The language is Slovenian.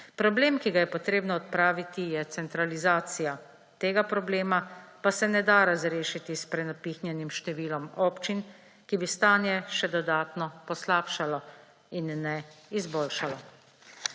Problem, ki ga je treba odpraviti, je centralizacija, tega problema pa se ne da razrešiti s prenapihnjenim številom občin, ki bi stanje še dodatno poslabšalo in ne izboljšalo.